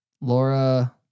Laura